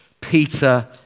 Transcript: Peter